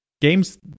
games